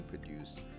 produce